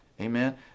Amen